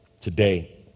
today